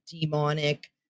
demonic